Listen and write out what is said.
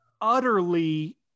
utterly